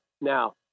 Now